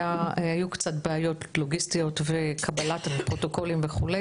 היו קצת בעיות לוגיסטיות וקבלת הפרוטוקולים וכו'.